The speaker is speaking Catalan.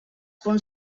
punts